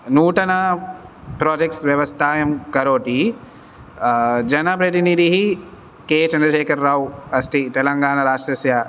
नूटन projects व्यवस्थायां करोति जनप्रचिनिधिः के चन्द्रशेखर राव् अस्ति तेलङ्गानराष्ट्रस्य